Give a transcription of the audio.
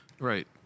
Right